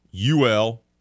UL